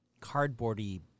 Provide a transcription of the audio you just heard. cardboardy